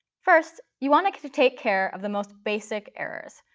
first, you want like to take care of the most basic errors.